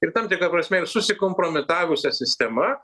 ir tam tikra prasme ir susikompromitavusia sistema